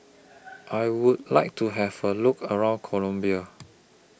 I Would like to Have A Look around Colombia